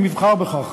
אם יבחר בכך.